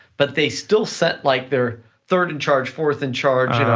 but they still sent like their third in charge, fourth in charge,